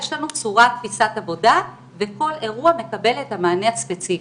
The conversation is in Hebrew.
יש לנו צורת תפיסת עבודה וכל אירוע מקבל את המענה הספציפי.